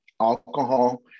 Alcohol